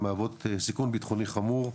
הם מהוות סיכון ביטחוני חמור,